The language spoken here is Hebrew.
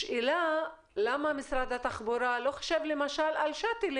השאלה למה משרד התחבורה לא חושב למשל על שאטלים